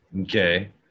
okay